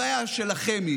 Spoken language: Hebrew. הבעיה שלכם היא